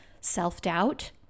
self-doubt